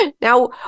Now